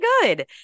good